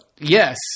Yes